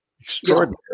extraordinary